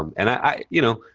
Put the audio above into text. um and i, you know,